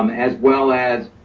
um as well as